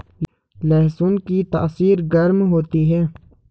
लहसुन की तासीर गर्म होती है